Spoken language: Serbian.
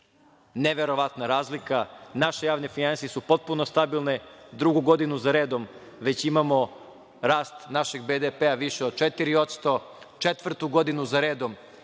Neverovatna razlika, naše javne finansije su potpuno stabilne, drugu godinu za redom već imamo rast našeg BDP-a više od 4%, četvrtu godinu za redom